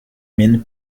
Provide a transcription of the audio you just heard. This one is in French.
mine